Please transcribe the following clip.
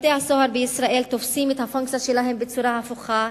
בתי-הסוהר בישראל תופסים את הפונקציה שלהם בצורה הפוכה.